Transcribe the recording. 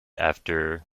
after